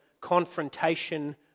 confrontation